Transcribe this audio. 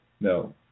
No